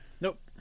Nope